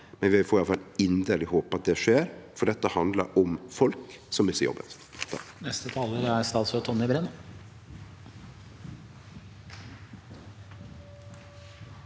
Men vi får i alle fall inderleg håpe at det skjer, for dette handlar om folk som mister jobben